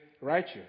righteous